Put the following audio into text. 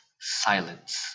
silence